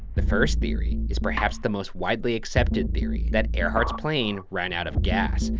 the first theory is perhaps the most widely accepted theory, that earhart's plane ran out of gas,